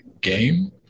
game